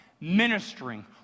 ministering